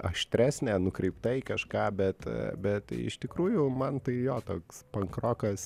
aštresnė nukreipta į kažką bet bet iš tikrųjų man tai jo toks pankrokas